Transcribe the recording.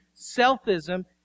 selfism